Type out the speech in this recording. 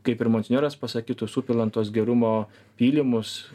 kaip ir monsinjoras pasakytų supilant tuos gerumo pylimus